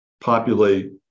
populate